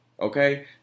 Okay